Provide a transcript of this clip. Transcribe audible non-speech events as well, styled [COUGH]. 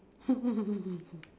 [LAUGHS]